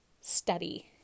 study